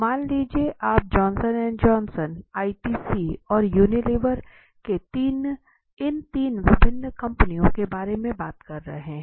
मान लीजिए कि आप जॉनसन एंड जॉनसन आईटीसीऔर यूनिलीवर इन तीन विभिन्न कंपनियो के बारे में बात कर रहे हैं